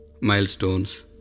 milestones